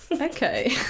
okay